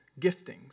giftings